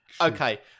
Okay